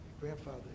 grandfather